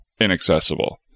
inaccessible